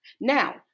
Now